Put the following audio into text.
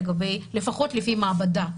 לפחות לפי מעבדה,